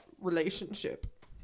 relationship